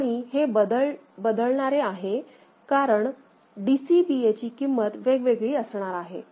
आणि हे बदलणारे आहे कारण DCBA ची किंमत वेगवेगळी असणार आहे